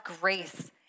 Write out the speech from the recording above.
grace